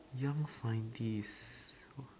young scientist